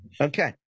okay